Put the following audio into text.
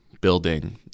building